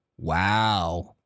Wow